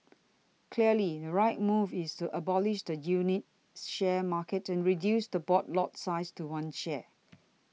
clearly the right move is to abolish the unit share market and reduce the board lot size to one share